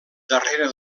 darrere